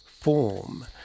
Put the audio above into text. form